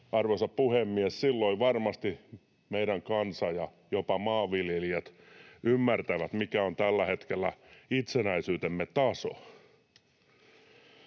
Arvoisa puhemies, silloin varmasti meidän kansa ja jopa maanviljelijät ymmärtävät, mikä on tällä hetkellä itsenäisyytemme taso.